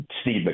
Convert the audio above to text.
Steve